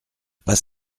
pas